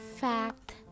fact